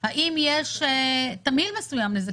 האם יש תמהיל מסוים לזה?